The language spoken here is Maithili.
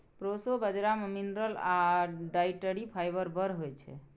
प्रोसो बजरा मे मिनरल आ डाइटरी फाइबर बड़ होइ छै